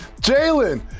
Jalen